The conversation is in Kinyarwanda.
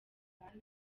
abandi